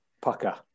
Pucker